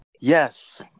Yes